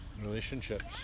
Relationships